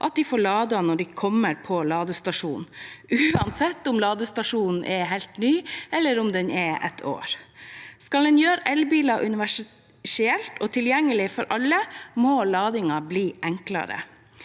at de får lade når de kommer til en ladestasjon, uansett om ladestasjonen er helt ny, eller om den er et år. Skal en gjøre elbiler universelt tilgjengelige for alle, må ladingen bli enklere.